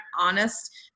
honest